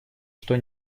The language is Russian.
что